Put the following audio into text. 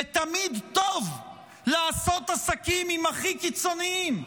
ותמיד טוב לעשות עסקים עם הכי קיצוניים.